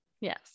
Yes